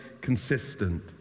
consistent